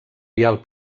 vial